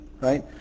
Right